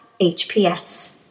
hps